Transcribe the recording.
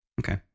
Okay